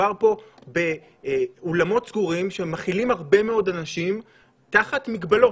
מדובר פה באולם סגורים שמכילים הרבה מאוד אנשים תחת מגבלות.